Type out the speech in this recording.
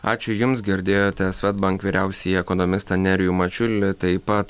ačiū jums girdėjote svedbank vyriausiąjį ekonomistą nerijų mačiulį taip pat